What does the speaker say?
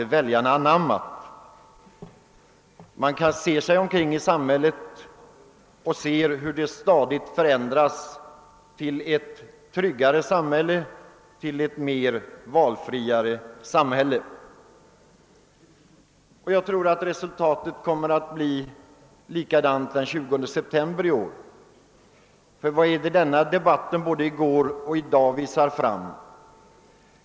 Ser man sig omkring i samhället finner man hur detta stadigt förändras till ett tryggare samhälle, till ett samhälle med större valfrihet. Jag tror att resultatet kommer att bli detsamma den 20 september i år. Vad är det debatten både i går och i dag visar fram?